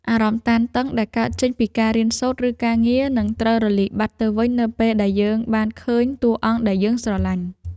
អារម្មណ៍តានតឹងដែលកើតចេញពីការរៀនសូត្រឬការងារនឹងត្រូវរលាយបាត់ទៅវិញនៅពេលដែលយើងបានឃើញតួអង្គដែលយើងស្រឡាញ់។